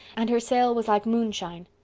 and her sail was like moonshine.